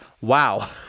Wow